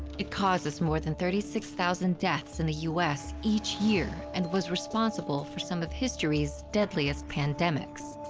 it causes more than thirty six thousand deaths in the u s. each year. and was responsible for some of history's deadliest pandemics.